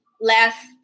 Last